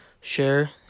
share